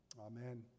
Amen